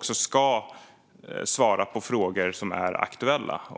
ska svara på frågor som är aktuella.